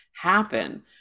happen